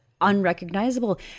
unrecognizable